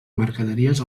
mercaderies